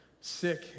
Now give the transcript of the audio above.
sick